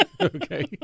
Okay